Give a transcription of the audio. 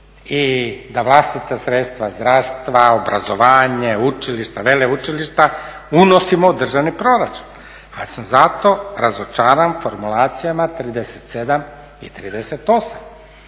i da vlastita sredstva zdravstva, obrazovanje, učilišta, veleučilišta unosimo u državni proračun, ali sam zato razočaran formulacijama 37 i 38